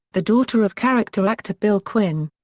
the daughter of character actor bill quinn.